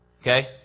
Okay